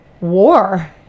war